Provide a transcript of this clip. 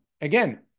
again